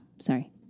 Sorry